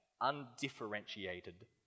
undifferentiated